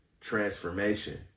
transformation